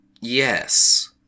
Yes